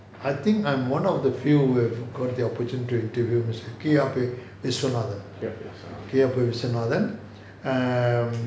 I think I'm one of the few who have got the opportunity to interview mister K_A_P vishwanathan um